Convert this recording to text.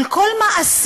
על כל מעשה,